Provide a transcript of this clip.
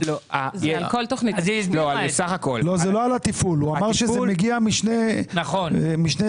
לא, הוא אמר שזה מגיע משני אספקטים